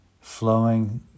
flowing